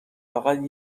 فقط